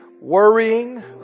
Worrying